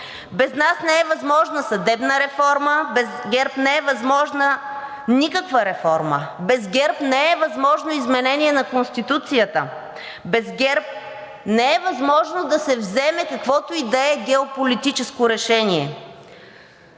Без нас не е възможна съдебна реформа, без ГЕРБ не е възможна никаква реформа. Без ГЕРБ не е възможно изменение на Конституцията. Без ГЕРБ не е възможно да се вземе каквото и да е геополитическо решение.